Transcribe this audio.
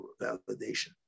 validation